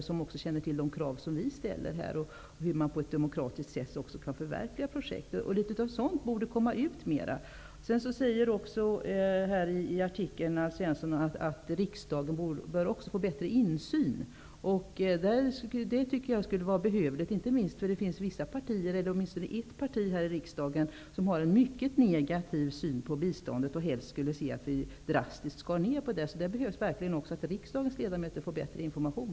De känner också till de krav som vi ställer här, bl.a. hur man på ett demokratiskt sätt kan förverkliga projekt. Information om sådant borde komma ut. Alf Svensson säger också i artikeln att riksdagen bör få bättre insyn. Jag tycker att det skulle vara behövligt, inte minst för att det finns vissa partier, åtminstone ett parti, i riksdagen som har en mycket negativ syn på bistånd och helst ser att det sker en drastisk nedskärning. Riksdagens ledamöter behöver verkligen få bättre information.